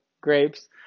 grapes